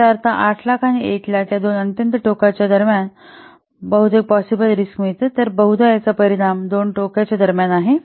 याचा अर्थ असा की 800000 आणि 100000 या दोन अत्यंत टोकाच्या दरम्यान कुठेतरी बहुधा पॉसिबल रिस्क मिळते तर बहुधा याचा परिणाम या दोन टोकाच्या दरम्यान आहे